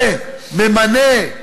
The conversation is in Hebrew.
וממנה,